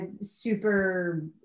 super